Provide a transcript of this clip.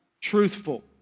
truthful